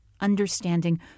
understanding